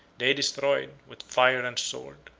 they destroyed, with fire and sword,